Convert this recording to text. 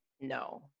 No